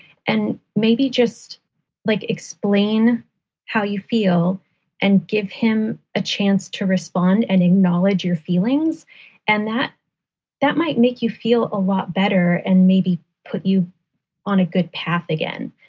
and maybe just like explain how you feel and give him a chance to respond and acknowledge your feelings and that that might make you feel a lot better. maybe put you on a good path again.